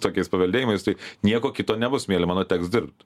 tokiais paveldėjimais tai nieko kito nebus mieli mano teks dirbt